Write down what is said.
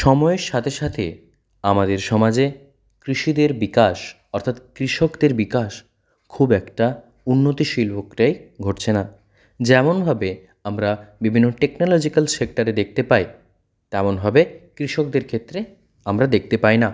সময়ের সাথে সাথে আমাদের সমাজে কৃষিদের বিকাশ অর্থাৎ কৃষকদের বিকাশ খুব একটা উন্নতিশীল ঘটছে না যেমনভাবে আমরা বিভিন্ন টেকনোলোজিক্যাল সেক্টারে দেখতে পাই তেমনভাবে কৃষকদের ক্ষেত্রে আমরা দেখতে পাই না